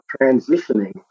transitioning